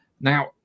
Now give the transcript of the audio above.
Now